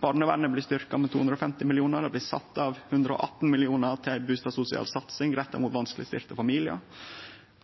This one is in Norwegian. Barnevernet blir styrkt med 250 mill. kr, og det blir sett av 118 mill. kr til ei bustadsosial satsing retta mot vanskelegstilte familiar.